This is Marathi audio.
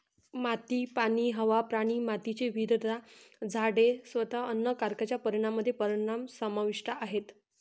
माती, पाणी, हवा, प्राणी, मातीची विविधता, झाडे, स्वतः अन्न कारच्या परिणामामध्ये परिणाम समाविष्ट आहेत